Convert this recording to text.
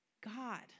God